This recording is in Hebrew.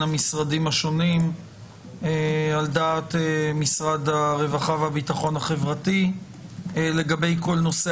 המשרדים השונים על דעת משרד הרווחה והביטחון החברתי לגבי כל נושא